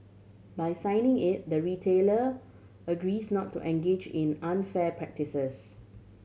by signing it the retailer agrees not to engage in unfair practices